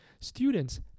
Students